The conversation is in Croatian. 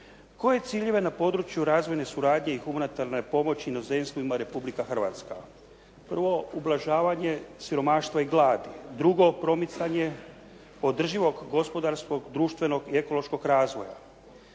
Koje ciljeve na području razvojne suradnje i humanitarne pomoći inozemstvu ima Republika Hrvatska? Prvo, ublažavanje siromaštva i gladi. Drugo, promicanje održivog gospodarskog, društvenog i ekološkog razvoja.